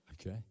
Okay